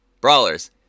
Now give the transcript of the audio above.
Brawlers